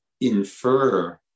infer